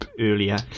earlier